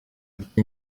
ati